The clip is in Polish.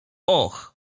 och